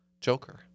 Joker